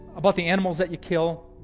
about the animals that you kill,